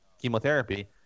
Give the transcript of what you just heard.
chemotherapy